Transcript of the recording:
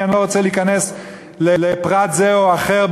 אני לא רוצה להיכנס לפרט זה או אחר,